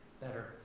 better